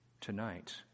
tonight